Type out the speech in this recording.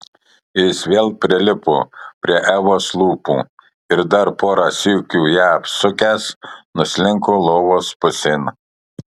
jis vėl prilipo prie evos lūpų ir dar porą sykių ją apsukęs nuslinko lovos pusėn